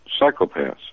psychopaths